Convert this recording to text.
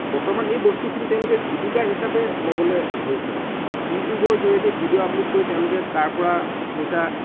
বৰ্তমান এই বস্তুখিনি তেওঁলোকে জীৱিকা হিচাপে ল'বলে ধৰিছে মানে ইউটিউবৰ জৰিয়তে ভিডিঅ' আপলোড কৰি তেওঁলোকে তাৰ পৰা পইচা